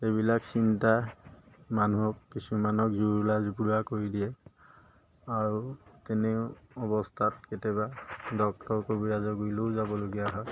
এইবিলাক চিন্তা মানুহক কিছুমানক জুৰুলি জুপুৰি কৰি দিয়ে আৰু তেনে অৱস্থাত কেতিয়াবা ডক্তৰ কবিৰাজৰ গুৰিলৈও যাবলগীয়া হয়